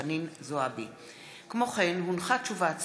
חנין זועבי בנושא: קיצור מסלול הלימודים ל-11 שנים,